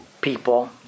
people